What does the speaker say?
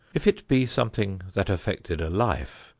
if it be something that affected a life,